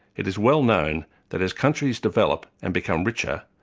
it is well known that as countries develop and become richer,